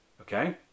okay